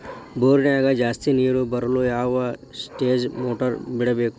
ಬೋರಿನ್ಯಾಗ ಜಾಸ್ತಿ ನೇರು ಬರಲು ಯಾವ ಸ್ಟೇಜ್ ಮೋಟಾರ್ ಬಿಡಬೇಕು?